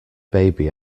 baby